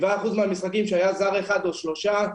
7% מהמשחקים שהיה זר אחד או שלושה,